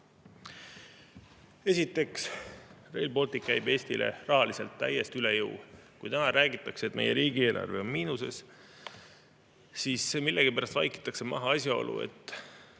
Esiteks, Rail Baltic käib Eestile rahaliselt täiesti üle jõu. Täna räägitakse, et meie riigieelarve on miinuses, aga millegipärast vaikitakse maha asjaolu,